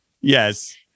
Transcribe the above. yes